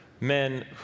men